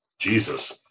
Jesus